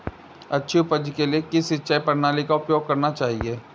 अच्छी उपज के लिए किस सिंचाई प्रणाली का उपयोग करना चाहिए?